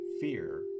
fear